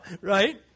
right